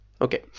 Okay